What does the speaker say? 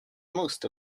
most